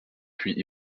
puis